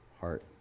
heart